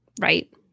right